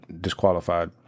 disqualified